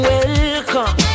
Welcome